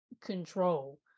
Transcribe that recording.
control